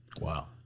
Wow